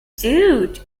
dude